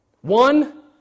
One